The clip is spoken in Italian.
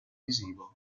visivo